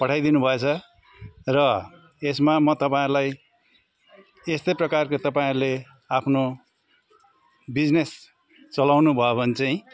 पठाइदिनुभएछ र यसमा म तपाईँहरूलाई यस्तै प्रकारको तपाईँहरूले आफ्नो बिजनेस चलाउनुभयो भने चाहिँ